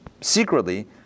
secretly